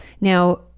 Now